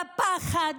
בפחד,